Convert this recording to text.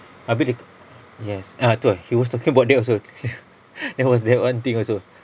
abeh dia kata yes ah tu ah he was talking about that also that was that one thing also